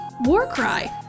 Warcry